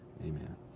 Amen